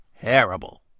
Terrible